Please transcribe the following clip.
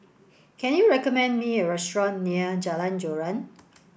can you recommend me a restaurant near Jalan Joran